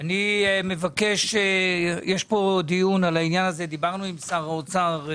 יש פה דיון על העניין הזה ודיברנו עם שר האוצר,